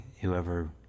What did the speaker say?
whoever